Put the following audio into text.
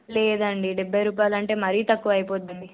లేదండి డెబ్బై రూపాయలంటే మరీ తక్కువ అయిపోతుందండి